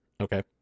Okay